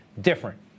different